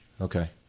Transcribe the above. Okay